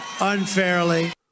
unfairly